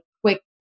quick